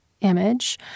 image